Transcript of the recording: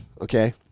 okay